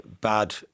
bad